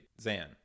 Zan